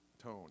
tone